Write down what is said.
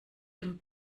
dem